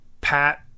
Pat